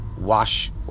wash